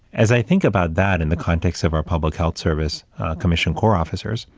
as i think about that, in the context of our public health service commissioned corps officers,